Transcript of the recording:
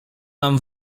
mam